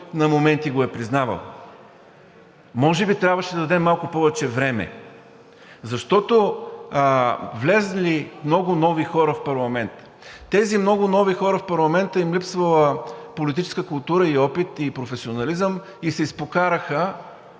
на моменти го е признавал. Може би трябваше да им дадем малко повече време, защото са влезли много нови хора в парламента. На тези много нови хора в парламента им е липсвала политическа култура и опит, и професионализъм, и се изпокараха